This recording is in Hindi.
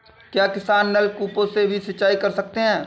क्या किसान नल कूपों से भी सिंचाई कर सकते हैं?